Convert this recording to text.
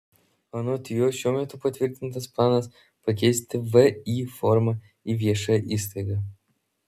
anot jo šiuo metu patvirtintas planas pakeisti vį formą į viešąją įstaigą